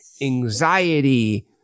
anxiety